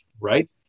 Right